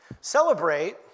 Celebrate